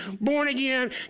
born-again